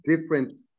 different